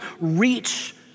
reach